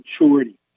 maturity